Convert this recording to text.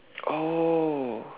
oh